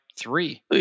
Three